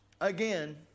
Again